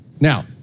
Now